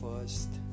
first